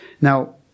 Now